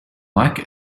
like